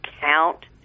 count